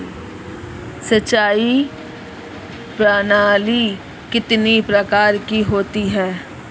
सिंचाई प्रणाली कितने प्रकार की होती है?